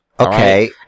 Okay